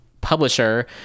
publisher